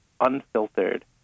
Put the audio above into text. unfiltered